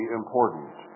important